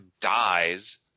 dies